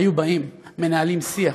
היו באים, מנהלים שיח.